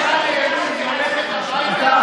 מנסים להבין את ההיגיון.